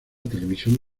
televisión